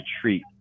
treat